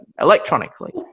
electronically